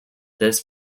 this